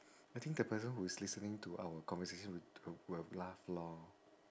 I think the person who's listening to our conversation wou~ wou~ would've laughed lor